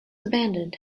abandoned